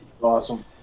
Awesome